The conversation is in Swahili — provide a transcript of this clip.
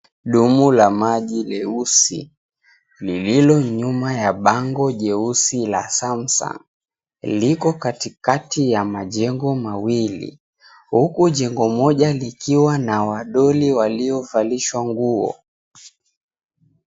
Dumu la maji leusi lililo nyuma ya bango jeusi la SAMSUNG liko katikati ya majengo mawili huku jengo moja likiwa na wadoli waliovalishwa nguo.